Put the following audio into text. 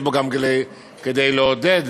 יש בו כדי לעודד